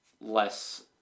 less